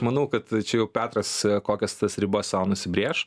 manau kad čia jau petras kokias tas ribas sau nusibrėš